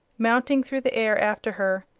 mounting through the air after her.